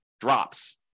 drops